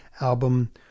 album